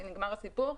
ונגמר הסיפור.